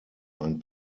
ein